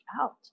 out